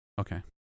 Okay